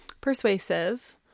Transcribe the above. persuasive